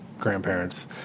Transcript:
Grandparents